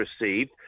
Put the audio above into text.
received